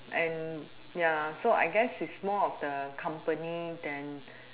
and ya so I guess it's more of the company than